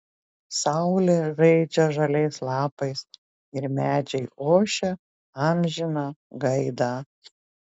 saulė žaidžia žaliais lapais ir medžiai ošia amžiną gaidą